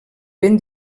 ben